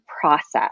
process